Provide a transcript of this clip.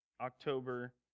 October